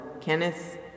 Kenneth